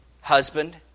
husband